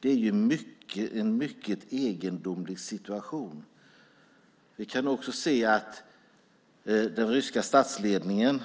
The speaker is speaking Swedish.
Det är en mycket egendomlig situation. Vi kan också se att den ryska statsledningen